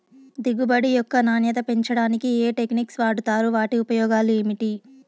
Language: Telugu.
దిగుబడి యొక్క నాణ్యత పెంచడానికి ఏ టెక్నిక్స్ వాడుతారు వాటి ఉపయోగాలు ఏమిటి?